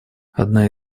одна